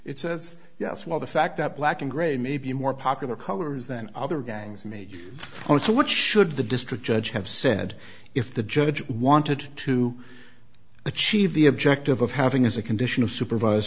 it says yes well the fact that black and gray may be more popular colors than other gangs made a point so what should the district judge have said if the judge wanted to achieve the objective of having as a condition of supervise